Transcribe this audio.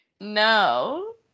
No